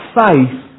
faith